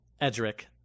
Edric